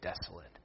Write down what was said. desolate